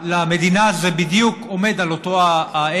למדינה זה בדיוק עומד על אותו הערך,